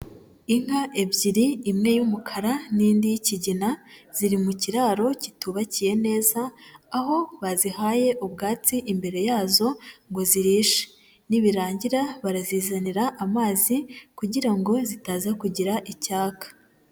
Inka ebyiri imwe y'umukara n'indi y'ikigina, ziri mu kiraro kitubakiye neza, aho bazihaye ubwatsi imbere yazo ngo zirishe, nibirangira barazizanira amazi kugira ngo zitaza kugira icyaka.